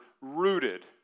rooted